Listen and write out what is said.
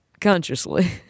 consciously